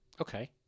okay